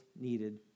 needed